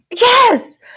yes